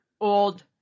old